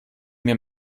mir